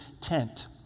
tent